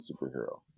superhero